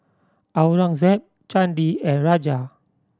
Aurangzeb Chandi and Raja